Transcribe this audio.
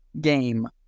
game